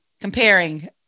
comparing